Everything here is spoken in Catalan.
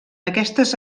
aquestes